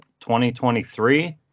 2023